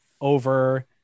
over